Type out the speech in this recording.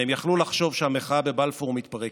והם יכלו לחשוב שהמחאה בבלפור מתפרקת.